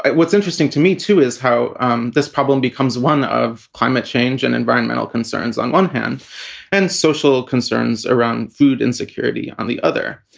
and what's interesting to me, too, is how um this problem becomes one of climate change and environmental concerns. on one hand and social concerns around food insecurity on the other.